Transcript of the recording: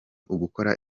ugukora